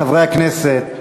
חברי הכנסת,